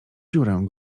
dziurę